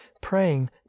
praying